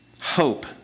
hope